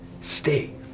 stay